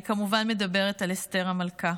אני כמובן מדברת על אסתר המלכה,